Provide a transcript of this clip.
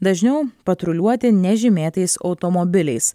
dažniau patruliuoti nežymėtais automobiliais